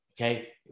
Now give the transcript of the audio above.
Okay